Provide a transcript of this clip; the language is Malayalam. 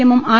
എമ്മും ആർ